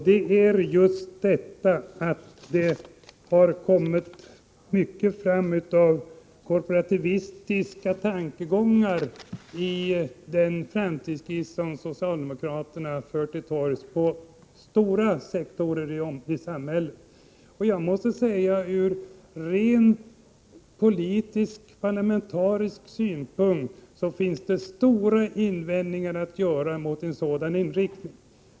Det har nämligen framkommit mycket av korporativistiska tankegångar i den framtidsskiss som socialdemokraterna för till torgs beträffande stora sektorer i samhället. Från rent politisk och parlamentarisk synpunkt finns det kraftiga invändningar att göra mot en sådan inriktning.